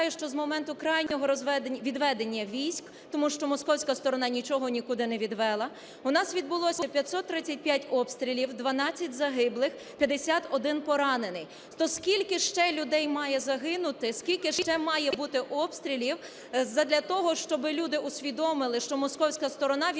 А я нагадаю, що з моменту крайнього відведення військ, тому що московська сторона нічого нікуди не відвела, у нас відбулося 535 обстрілів, 12 загиблих, 51 поранений. То скільки ще людей має загинути, скільки ще має бути обстрілів задля того, щоб люди усвідомили, що московська сторона відводити